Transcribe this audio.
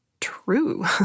true